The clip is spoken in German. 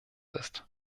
ist